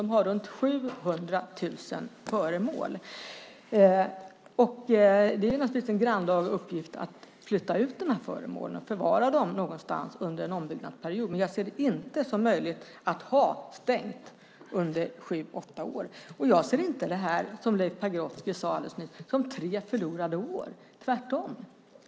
Det har runt 700 000 föremål. Det är naturligtvis en grannlaga uppgift att flytta ut de föremålen och förvara dem någonstans under en ombyggnadsperiod. Men jag ser det inte som möjligt att ha det stängt under sju åtta år. Jag ser det inte, som Leif Pagrotsky sade alldeles nyss, som tre förlorade år. Det är tvärtom.